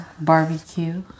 barbecue